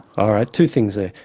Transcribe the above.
all right. two things there.